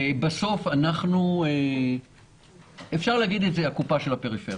בסוף אנחנו, אפשר להגיד, הקופה של הפריפריה.